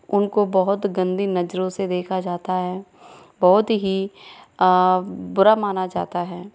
उनको बहुत गंदी नजरों से देखा जाता है बहुत ही बुरा माना जाता है